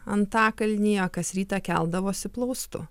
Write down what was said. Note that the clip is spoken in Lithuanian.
antakalnyje kas rytą keldavosi plaustu